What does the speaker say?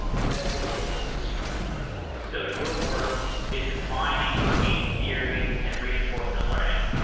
and that's what the ai is trying to approximate so your work is combining game theory and reinforcement learning.